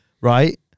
Right